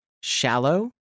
shallow